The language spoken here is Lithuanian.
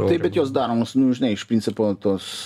taip bet jos daromos nu žinai iš principo tos